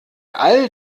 all